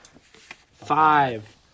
five